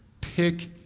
Pick